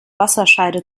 wasserscheide